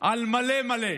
על מלא מלא?